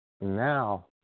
now